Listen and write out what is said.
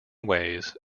ways